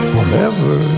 Forever